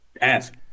ask